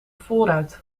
voorruit